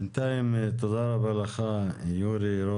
בנתיים תודה רבה לך יורי,